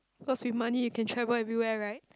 cause with money you can travel everywhere right